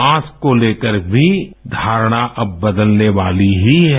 mask को लेकर भी धारणा अब बदलने वाली ही है